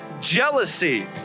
jealousy